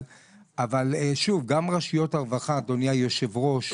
אבל אדוני היושב ראש,